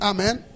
Amen